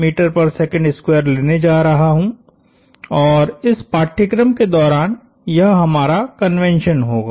मैंलेने जा रहा हूं और इस पाठ्यक्रम के दौरान यह हमारा कन्वेंशन होगा